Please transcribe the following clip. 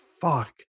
fuck